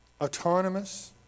autonomous